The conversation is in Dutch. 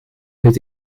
het